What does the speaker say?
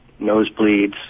nosebleeds